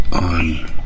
on